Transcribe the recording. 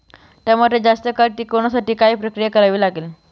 टमाटे जास्त काळ टिकवण्यासाठी काय प्रक्रिया करावी लागेल?